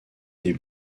des